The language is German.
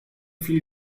viel